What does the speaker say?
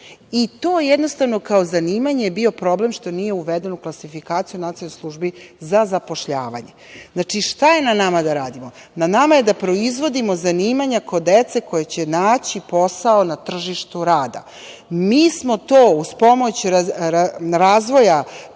i to kao zanimanje je bio problem što nije uvedeno u klasifikaciju u Nacionalnoj službi za zapošljavanje. Šta je na nama da radimo? Na nama je da proizvodimo zanimanja kod dece koja će naći posao na tržištu rada. Mi smo to uz pomoć razvoja